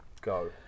Go